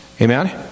Amen